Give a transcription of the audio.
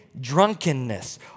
drunkenness